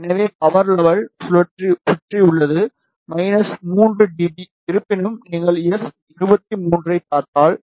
எனவே power level சுற்றி உள்ளது 3 டி பி இருப்பினும் நீங்கள் எஸ்23 ஐப் பார்த்தால்